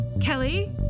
Kelly